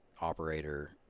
operator